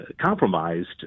compromised